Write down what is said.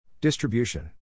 DISTRIBUTION